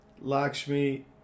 Lakshmi